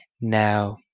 Now